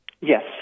Yes